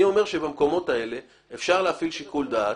אני אומר שבמקומות האלה אפשר להפעיל שיקול דעת,